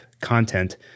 content